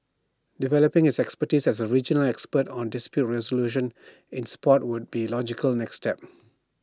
developing its expertise as A regional expert on dispute resolution in Sport would be logical next step